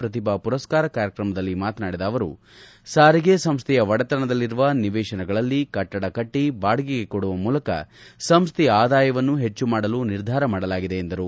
ಪ್ರತಿಭಾ ಪುರಸ್ಕರ ಕಾರ್ಯಕ್ರಮದಲ್ಲಿ ಮಾತನಾಡಿ ಅವರು ಸಾರಿಗೆ ಸಂಸ್ಥೆಯ ಒಡೆತನದಲ್ಲಿರುವ ನಿವೇತಗಳಲ್ಲಿ ಕಟ್ಟಡ ಕಟ್ಟ ಬಾಡಿಗೆಗೆ ಕೊಡುವ ಮೂಲಕ ಸಂಸ್ಥೆಯ ಆದಾಯವನ್ನು ಹೆಚ್ಚು ಮಾಡಲು ನಿರ್ಧಾರ ಮಾಡಲಾಗಿದೆ ಎಂದರು